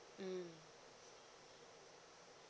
mmhmm